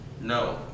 No